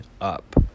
up